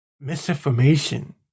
misinformation